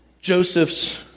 Joseph's